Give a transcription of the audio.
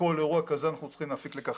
מכל אירוע כזה אנחנו צריכים להפיק לקחים,